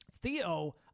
Theo